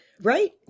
Right